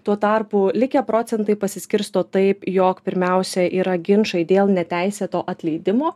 tuo tarpu likę procentai pasiskirsto taip jog pirmiausia yra ginčai dėl neteisėto atleidimo